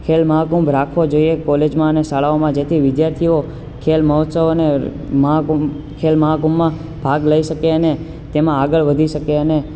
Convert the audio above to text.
ખેલ મહાકુંભ રાખવો જોઈએ કોલેજમાં અને શાળાઓમાં જેથી વિદ્યાર્થીઓ ખેલ મહોત્સવ અને મહાકુંભ ખેલ મહાકુંભમાં ભાગ લઈ શકે અને તેમા આગળ વધી શકે અને